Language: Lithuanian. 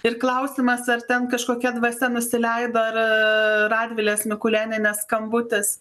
ir klausimas ar ten kažkokia dvasia nusileido ar radvilės mikulėnienės skambutis